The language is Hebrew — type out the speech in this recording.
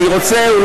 אני רוצה,